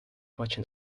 watched